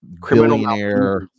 criminal